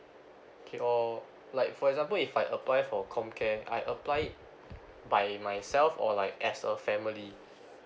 okay or like for example if I apply for com care I apply it by myself or like as a family